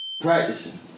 practicing